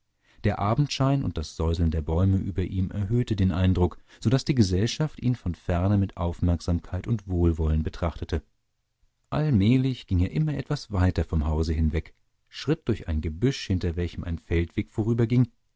der abendschein und das säuseln der bäume über ihm erhöhten den eindruck so daß die gesellschaft ihn von ferne mit aufmerksamkeit und wohlwollen betrachtete allmählich ging er immer etwas weiter vom hause hinweg schritt durch ein gebüsch hinter welchem ein feldweg vorüberging